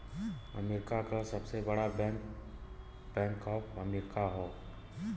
America क सबसे बड़ा बैंक बैंक ऑफ अमेरिका हौ